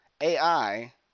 AI